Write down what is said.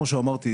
כמו שאמרתי,